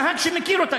הנהג שמכיר אותה,